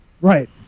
Right